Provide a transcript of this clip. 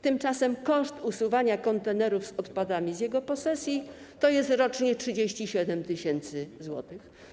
Tymczasem koszt usuwania kontenerów z odpadami z jego posesji wynosi rocznie 37 tys. zł.